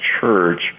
church